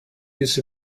this